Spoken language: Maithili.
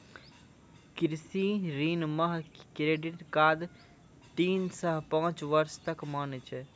कृषि ऋण मह क्रेडित कार्ड तीन सह पाँच बर्ष तक मान्य छै